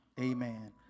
Amen